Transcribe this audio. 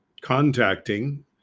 contacting